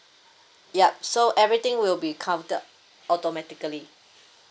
yup so everything will be counted automatically